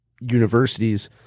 universities